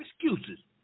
excuses